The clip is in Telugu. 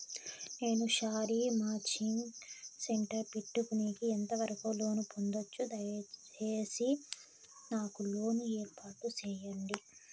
నేను శారీ మాచింగ్ సెంటర్ పెట్టుకునేకి ఎంత వరకు లోను పొందొచ్చు? దయసేసి నాకు లోను ఏర్పాటు సేయండి?